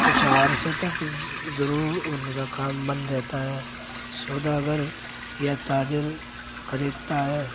کچھ عرصے تک ضرور ان کا کام بند رہتا ہے سوداگر یا تاجر خریدتا ہے